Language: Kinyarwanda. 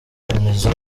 remezo